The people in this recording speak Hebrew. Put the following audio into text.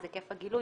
אז היקף הגילוי